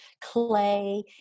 clay